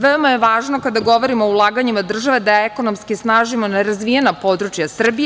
Veoma je važno kada govorimo o ulaganjima države da ekonomski snažimo nerazvijena područja Srbije.